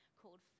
called